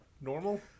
normal